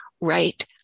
right